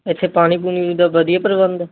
ਇੱਥੇ ਪਾਣੀ ਪੂਣੀ ਦਾ ਵਧੀਆ ਪ੍ਰਬੰਧ ਆ